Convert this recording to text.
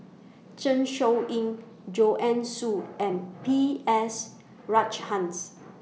Zeng Shouyin Joanne Soo and B S Rajhans